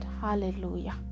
hallelujah